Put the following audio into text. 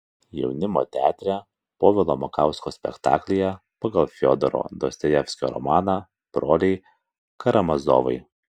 jaunimo teatre povilo makausko spektaklyje pagal fiodoro dostojevskio romaną broliai karamazovai